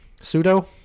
Pseudo